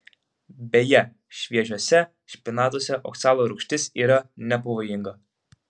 beje šviežiuose špinatuose oksalo rūgštis yra nepavojinga